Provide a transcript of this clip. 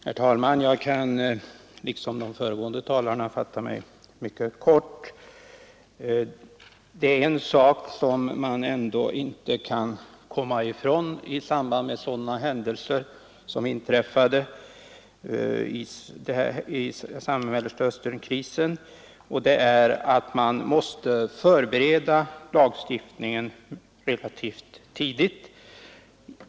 Herr talman! Jag kan liksom de föregående talarna fatta mig mycket kort. Det är en sak som man ändå inte kan komma ifrån i samband med sådana händelser som inträffade under Mellerstaösternkrisen, och det är att man måste förbereda lagstiftningen relativt tidigt.